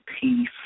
peace